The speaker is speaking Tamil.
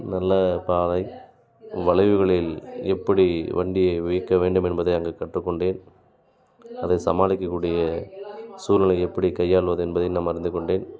நல்ல பாதை வளைவுகளில் எப்படி வண்டியை இயக்க வேண்டும் என்பதை அங்குக் கற்றுக்கொண்டேன் அதைச் சமாளிக்கக் கூடிய சூழ்நிலை எப்படி கையாள்வது என்பதையும் நான் அறிந்துக் கொண்டேன்